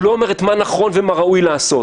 הוא לא אומר מה נכון ומה ראוי לעשות.